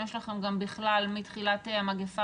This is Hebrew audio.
אם יש לכם גם בכלל מתחילת המגיפה,